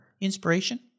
inspiration